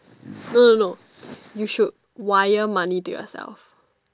no no no you should wire money to yourself